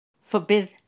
forbid